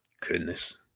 goodness